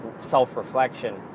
self-reflection